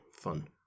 fun